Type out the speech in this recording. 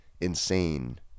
insane